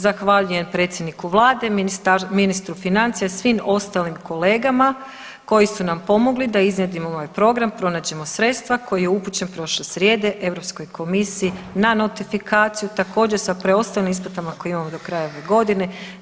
Zahvaljujem predsjedniku vlade, ministru financija, svim ostalim kolegama koji su nam pomogli da izradimo ovaj program, pronađemo sredstva, koji je upućen prošle srijede Europskoj komisiji na notifikaciju također sa preostalim isplata koje imamo do kraja ove godine.